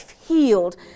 healed